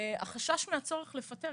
ישנו חשש מהצורך לפטר.